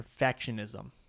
perfectionism